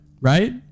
right